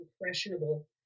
impressionable